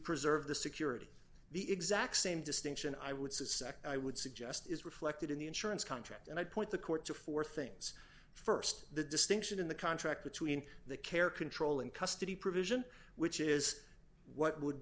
preserve the security the exact same distinction i would suspect i would suggest is reflected in the insurance contract and i point the court to four things st the distinction in the contract between the care control and custody provision which is what would